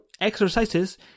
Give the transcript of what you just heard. exercises